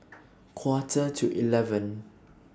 Quarter to eleven